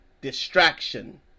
distraction